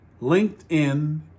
LinkedIn